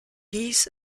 dies